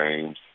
games